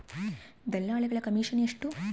ದಲ್ಲಾಳಿಗಳ ಕಮಿಷನ್ ಎಷ್ಟು?